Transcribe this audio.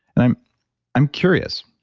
and i'm i'm curious,